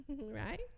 Right